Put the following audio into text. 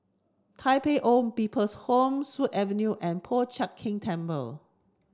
Tai Pei Old People's Home Sut Avenue and Po Chiak Keng Temple